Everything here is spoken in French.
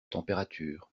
température